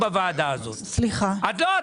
בפונקציה אחת,